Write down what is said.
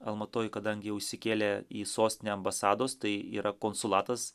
almatoj kadangi jau įsikėlė į sostinę ambasados tai yra konsulatas